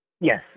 Yes